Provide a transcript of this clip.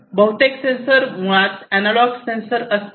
बहुतेक सेन्सर मुळात analogue sensor असतात